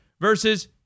versus